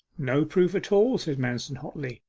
no proof at all said manston hotly.